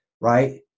right